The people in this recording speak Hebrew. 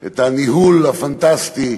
את הניהול הפנטסטי,